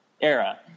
era